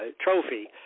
trophy